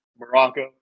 Morocco